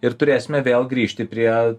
ir turėsime vėl grįžti prie